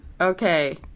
Okay